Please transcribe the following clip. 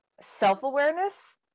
self-awareness